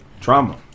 Trauma